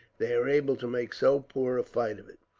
they are able to make so poor a fight of it.